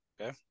Okay